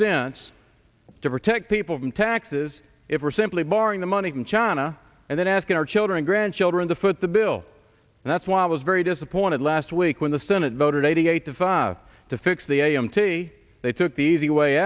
sense to protect people from taxes if we're simply borrowing the money from china and then asking our children grandchildren to foot the bill and that's why i was very disappointed last week when the senate voted eighty eight to five to fix the a m t they took the easy way